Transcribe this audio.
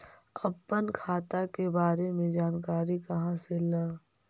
अपन खाता के बारे मे जानकारी कहा से ल?